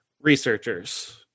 researchers